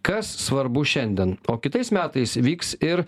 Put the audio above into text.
kas svarbu šiandien o kitais metais vyks ir